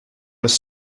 was